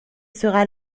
sera